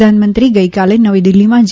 પ્રધાનમંત્રી ગઈકાલે નવી દિલ્ફીમાં જે